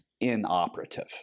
inoperative